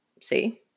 See